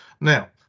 Now